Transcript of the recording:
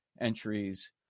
entries